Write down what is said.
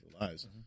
lives